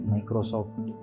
Microsoft